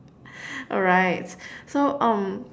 alright so um